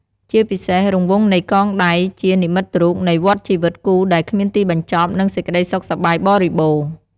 ជាពិសេស រង្វង់នៃកងដៃជានិមិត្តរូបនៃ វដ្ដជីវិតគូដែលគ្មានទីបញ្ចប់ និង សេចក្តីសុខសប្បាយបរិបូរណ៍។